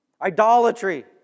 Idolatry